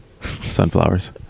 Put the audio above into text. Sunflowers